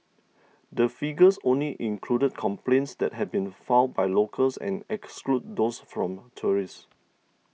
the figures only included complaints that had been filed by locals and excludes those from tourists